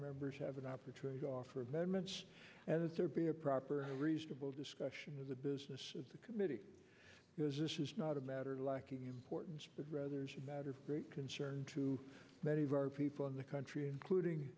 members have an opportunity to offer amendments and that there be a proper reasonable discussion of the business of the committee because this is not a matter of lacking importance but rather is a matter of great concern to many of our people in the country including